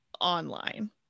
online